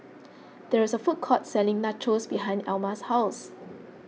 there is a food court selling Nachos behind Elma's house